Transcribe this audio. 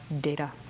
data